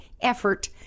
effort